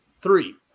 Three